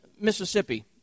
Mississippi